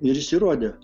ir jis įrodė